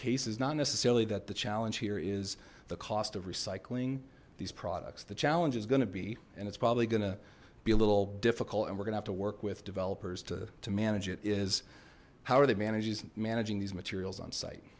case is not necessarily that the challenge here is the cost of recycling these products the challenge is going to be and it's probably gonna be a little difficult and we're gonna have to work with developers to to manage it is how are they managing managing these materials on site